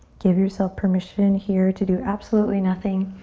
give yourself permission here to do absolutely nothing.